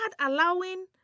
allowing